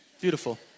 Beautiful